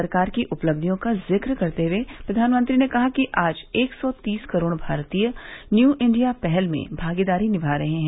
सरकार की उपलब्धियों का जिक्र करते हुए प्रधानमंत्री ने कहा कि आज एक सौ तीस करोड़ भारतीय न्यू इंडिया पहल में भागीदारी निमा रहे हैं